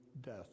death